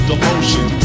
Devotion